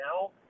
now